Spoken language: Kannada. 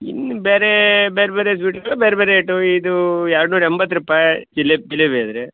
ಇನ್ನು ಬೇರೆ ಬ್ಯಾರೆ ಬೇರ ಸ್ವೀಟ್ಗಳು ಬ್ಯಾರೆ ಬೇರೆ ರೇಟು ಇದೂ ಎರಡು ನೂರ ಎಂಬತ್ತು ರೂಪಾಯಿ ಜಿಲೇಬಿ ಜಿಲೇಬಿ ಆದರೆ